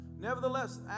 Nevertheless